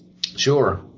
Sure